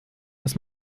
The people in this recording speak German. dass